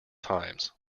times